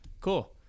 cool